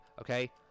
Okay